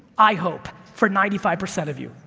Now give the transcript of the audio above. i hope, for ninety five percent of you,